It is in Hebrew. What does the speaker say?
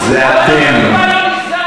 אבל אף מפעל לא נסגר.